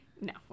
No